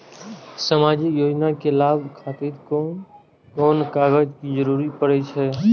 सामाजिक योजना के लाभक खातिर कोन कोन कागज के जरुरत परै छै?